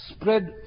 spread